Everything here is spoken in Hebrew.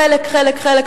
חלק-חלק-חלק,